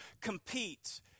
compete